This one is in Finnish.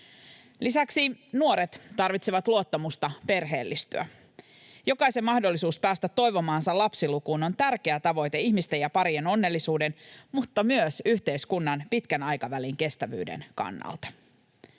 Lisäksi nuoret tarvitsevat luottamusta perheellistyä. Jokaisen mahdollisuus päästä toivomaansa lapsilukuun on tärkeä tavoite ihmisten ja parien onnellisuuden mutta myös yhteiskunnan pitkän aikavälin kestävyyden kannalta.